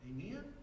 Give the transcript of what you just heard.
Amen